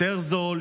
יותר זול,